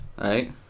Right